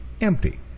empty